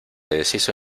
deshizo